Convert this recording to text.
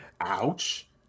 Ouch